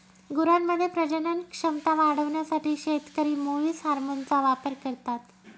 गुरांमध्ये प्रजनन क्षमता वाढवण्यासाठी शेतकरी मुवीस हार्मोनचा वापर करता